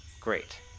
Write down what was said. Great